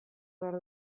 behar